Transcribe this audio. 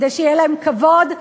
כדי שיהיה להן כבוד,